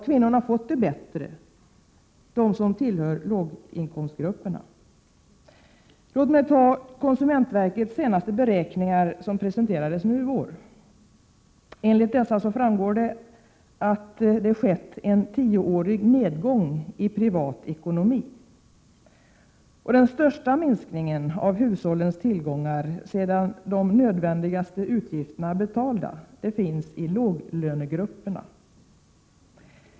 Har de kvinnor som tillhör låginkomstgrupperna fått det bättre? Konsumentverkets senaste beräkningar presenterades nu i vår. Av dessa framgår att det den senaste tioårsperioden skett en nedgång i privat ekonomi. Minskningen av hushållens tillgångar, sedan de nödvändigaste utgifterna är betalda, har i största utsträckning drabbat låglönegrupperna.